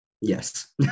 Yes